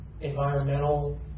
environmental